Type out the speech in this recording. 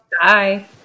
Bye